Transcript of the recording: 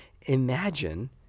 Imagine